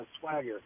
swagger